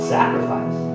sacrifice